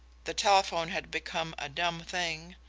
the telephone had become a dumb thing.